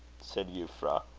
said euphra,